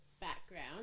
background